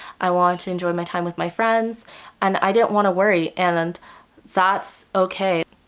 i wanted to enjoy my time with my friends and i didn't want to worry and that's okay.